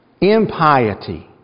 impiety